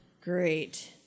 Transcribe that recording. Great